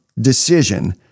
decision